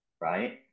right